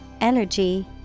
energy